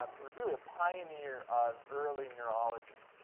um he was really a pioneer of early neurology.